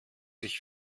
ich